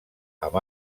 amb